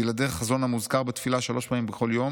"בלעדי החזון המוזכר בתפילה שלוש פעמים בכל יום